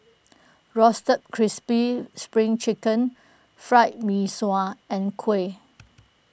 Roasted Crispy Spring Chicken Fried Mee Sua and Kuih